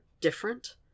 different